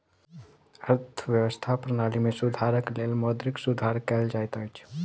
अर्थव्यवस्था प्रणाली में सुधारक लेल मौद्रिक सुधार कयल जाइत अछि